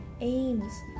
aims